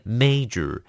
major